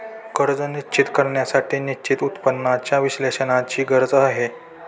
कर्ज निश्चित करण्यासाठी निश्चित उत्पन्नाच्या विश्लेषणाची गरज आहे